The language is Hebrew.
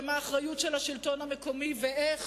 ומה האחריות של השלטון המקומי ואיך